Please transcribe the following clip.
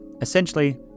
Essentially